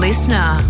Listener